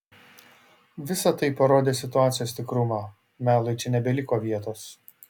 visa tai parodė situacijos tikrumą melui čia nebeliko vietos